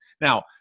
now